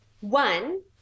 One